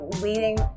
leading